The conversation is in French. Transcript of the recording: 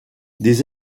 des